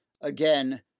Again